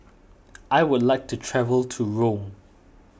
I would like to travel to Rome